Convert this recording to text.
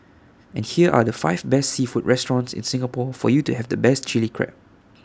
and here are the five best seafood restaurants in Singapore for you to have the best Chilli Crab